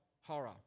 horror